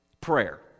prayer